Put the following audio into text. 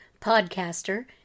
podcaster